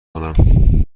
کنم